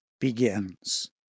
begins